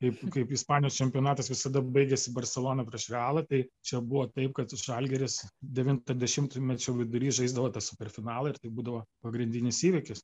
kaip kaip ispanijos čempionatas visada baigiasi barselona prie realą tai čia buvo taip kad žalgiris devintą dešimtmečio vidury žaisdavo tą superfinalą ir tai būdavo pagrindinis įvykis